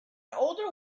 older